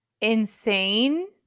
insane